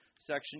section